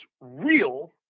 real